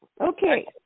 Okay